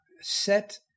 set